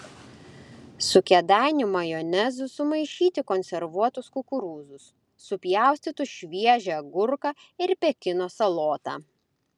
su kėdainių majonezu sumaišyti konservuotus kukurūzus supjaustytus šviežią agurką ir pekino salotą